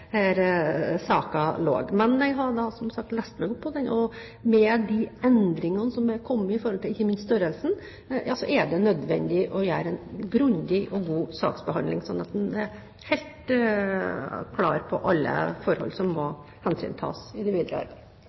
og med de endringene som er kommet i forhold til ikke minst størrelsen, er det nødvendig å gjøre en grundig og god saksbehandling, slik at en er helt klar på alle forhold som må hensyntas i det videre arbeidet.